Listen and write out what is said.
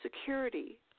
security